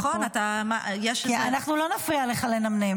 נכון, אתה --- אנחנו לא נפריע לך לנמנם.